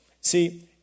See